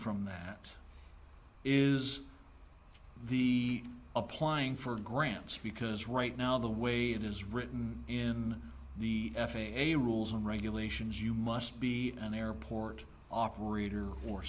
from that is the applying for grants because right now the way it is written in the f a a rules and regulations you must be an airport operator or